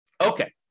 Okay